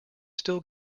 still